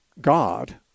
God